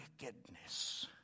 Wickedness